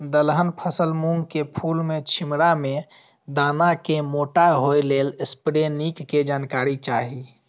दलहन फसल मूँग के फुल में छिमरा में दाना के मोटा होय लेल स्प्रै निक के जानकारी चाही?